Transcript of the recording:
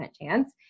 chance